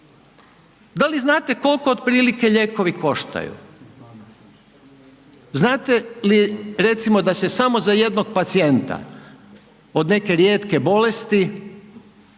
Da li znate kolko otprilike lijekovi koštaju? Znate li recimo da se samo za jednog pacijenta od neke rijetke bolesti,